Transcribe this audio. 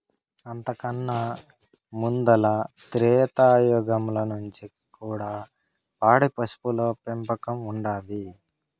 అంతకన్నా ముందల త్రేతాయుగంల నుంచి కూడా పాడి పశువుల పెంపకం ఉండాది